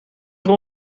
voor